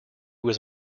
was